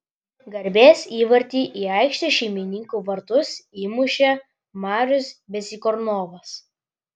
garbės įvartį į aikštės šeimininkų vartus įmušė marius bezykornovas